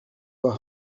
were